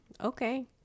Okay